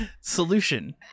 Solution